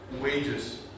wages